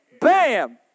bam